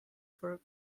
for